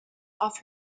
off